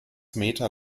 meter